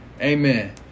amen